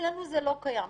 ואצלנו זה לא קיים.